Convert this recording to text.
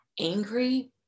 angry